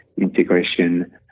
integration